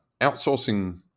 outsourcing